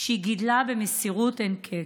שהיא גידלה במסירות אין קץ.